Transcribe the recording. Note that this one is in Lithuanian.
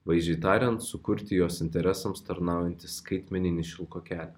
vaizdžiai tariant sukurti jos interesams tarnaujantį skaitmeninį šilko kelią